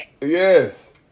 Yes